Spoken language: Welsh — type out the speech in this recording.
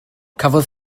cafodd